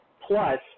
plus